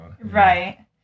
Right